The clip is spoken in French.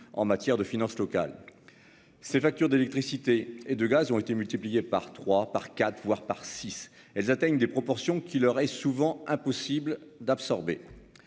en matière de finances locales. Ses factures d'électricité et de gaz ont été multipliés par 3 par 4 voire par 6 elles atteignent des proportions qui leur est souvent impossible d'absorber.